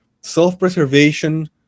self-preservation